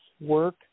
work